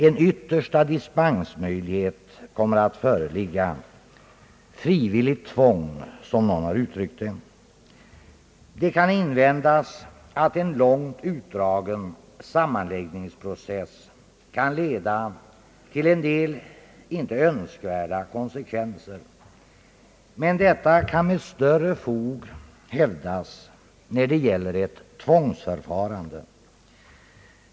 En yttersta dispensmöjlighet kommer att föreligga — frivilligt tvång, som någon har uttryckt det. Det kan invändas att en långt utdragen sammanläggningsprocess kan leda till en del icke önskvärda konsekvenser. Men detta kan med större fog hävdas när det gäller ett tvångsförfarande.